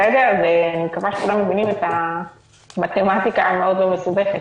אני מקווה שכולם מבינים את המתמטיקה המאוד לא מסובכת.